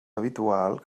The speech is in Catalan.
habitual